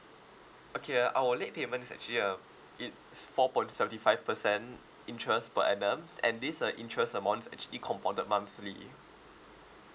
okay uh our late payment is actually um it's four point seventy five percent interest per annum and this uh interest amount's actually compounded monthly